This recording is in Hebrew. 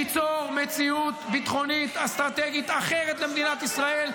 ניצור מציאות ביטחונית אסטרטגית אחרת למדינת ישראל.